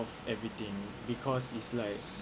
of everything because is like